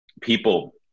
people